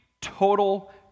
total